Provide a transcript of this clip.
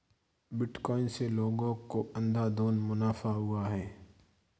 bitcoin से लोगों को अंधाधुन मुनाफा हुआ है